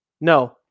No